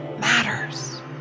matters